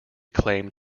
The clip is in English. claimed